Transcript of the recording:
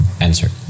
answer